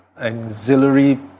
auxiliary